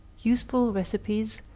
useful receipts,